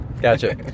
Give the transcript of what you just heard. Gotcha